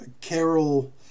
Carol